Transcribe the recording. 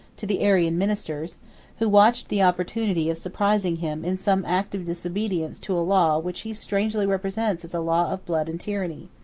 to the arian ministers who watched the opportunity of surprising him in some act of disobedience to a law which he strangely represents as a law of blood and tyranny.